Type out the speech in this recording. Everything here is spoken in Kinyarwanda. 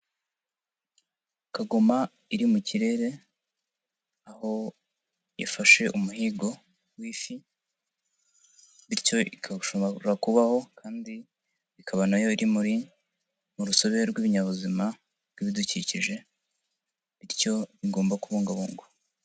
Kagoma iri mu kirere, aho ifashe umuhigo w'ifi bityo ikaba ishobora kubaho kandi ikaba nayo iri mu rusobe rw'ibinyabuzima bw'ibidukikije, bityo igomba kubungabungwa.